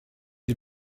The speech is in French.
des